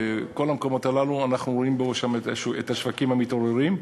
בכל המקומות הללו אנחנו רואים את השווקים המתעוררים,